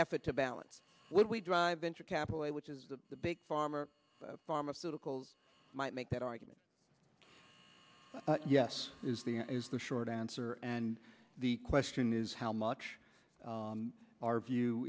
effort to balance what we drive venture capital which is the big farmer pharmaceuticals might make that argument yes is the is the short answer and the question is how much our view